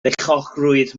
beichiogrwydd